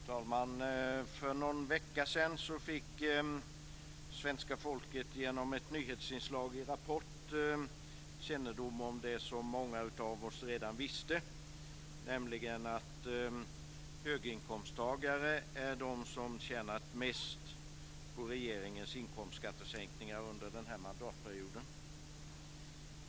Fru talman! För någon vecka sedan fick svenska folket genom ett nyhetsinslag i Rapport kännedom om det som många av oss redan visste, nämligen att det är höginkomsttagare som har tjänat mest på regeringens inkomstskattesänkningar under den här mandatperioden.